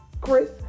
Chris